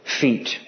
feet